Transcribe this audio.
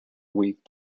week